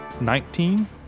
Nineteen